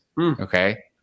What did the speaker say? Okay